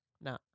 No